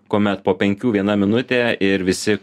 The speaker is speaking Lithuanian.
kuomet po penkių viena minutė ir visi